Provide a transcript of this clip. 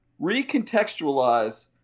recontextualize